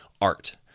art